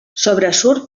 sobresurt